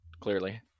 Clearly